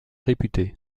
réputée